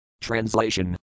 TRANSLATION